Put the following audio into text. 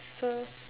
so